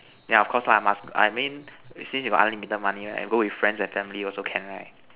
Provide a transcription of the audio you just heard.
yeah of course lah must I mean since you got unlimited money right go with friends and family also can right